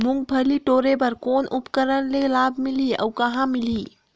मुंगफली टोरे बर कौन उपकरण ले लाभ मिलही अउ कहाँ मिलही?